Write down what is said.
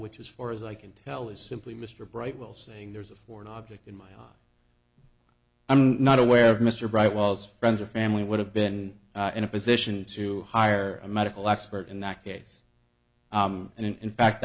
which as far as i can tell is simply mr bright will saying there's a foreign object in my heart i'm not aware of mr bright was friends or family would have been in a position to hire a medical expert in that case and in fact